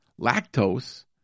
Lactose